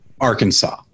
arkansas